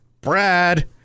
Brad